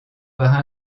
par